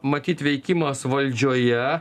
matyt veikimas valdžioje